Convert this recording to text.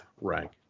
rank